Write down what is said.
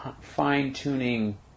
fine-tuning